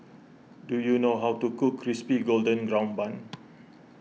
do you know how to cook Crispy Golden Brown Bun